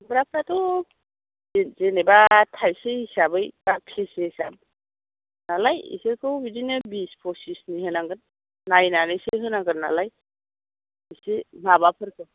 खुमब्राफ्राथ' बिदि जेनेबा थाइसे हिसाबै बा के जि हिसाबै नालाय बेफोरखौ बिदिनो बिस पसिसनि होनांगोन नायनानैसो होनांगोन नालाय एसे माबाफोरखौ